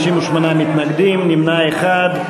58 מתנגדים, נמנע אחד.